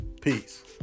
Peace